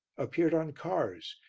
appeared on cars,